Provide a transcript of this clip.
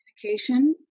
Communication